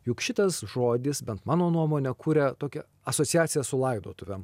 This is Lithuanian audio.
juk šitas žodis bent mano nuomone kuria tokią asociaciją su laidotuvėm